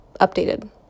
Updated